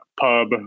pub